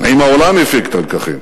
האם העולם הפיק את הלקחים?